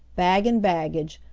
bag and baggage,